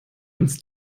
uns